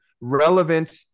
relevant